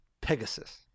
Pegasus